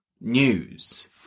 news